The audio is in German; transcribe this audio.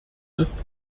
ist